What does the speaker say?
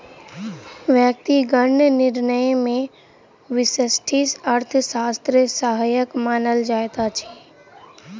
व्यक्तिगत निर्णय मे व्यष्टि अर्थशास्त्र सहायक मानल जाइत अछि